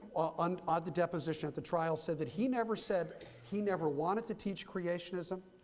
and the deposition at the trial said that he never said he never wanted to teach creationism.